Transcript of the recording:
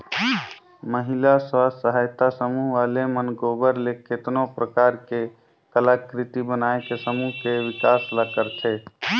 महिला स्व सहायता समूह वाले मन गोबर ले केतनो परकार के कलाकृति बनायके समूह के बिकास ल करथे